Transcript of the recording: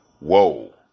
whoa